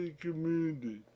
community